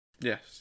Yes